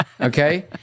okay